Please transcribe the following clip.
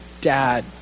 dad